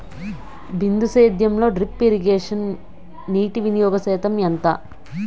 బిందు సేద్యంలో drip irrigation నీటివినియోగ శాతం ఎంత?